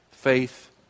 Faith